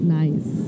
nice